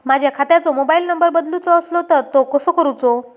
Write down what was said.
माझ्या खात्याचो mobile number बदलुचो असलो तर तो कसो करूचो?